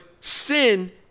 sin